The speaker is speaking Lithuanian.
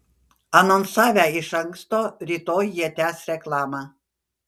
anonsavę iš anksto rytoj jie tęs reklamą